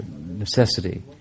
necessity